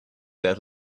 that